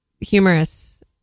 humorous